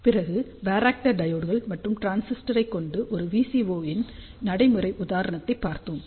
பிறகு வராக்டர் டையோட்கள் மற்றும் டிரான்சிஸ்டரை கொண்டு ஒரு VCO இன் நடைமுறை உதாரணத்தை பார்த்தோம்